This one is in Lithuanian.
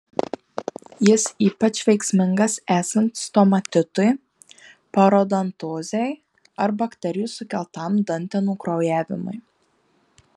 jis ypač veiksmingas esant stomatitui parodontozei ar bakterijų sukeltam dantenų kraujavimui